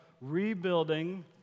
rebuilding